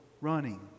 running